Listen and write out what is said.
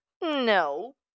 No